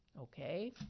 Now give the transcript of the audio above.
Okay